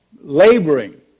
Laboring